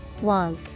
Wonk